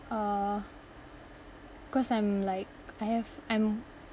uh because I'm like I have I'm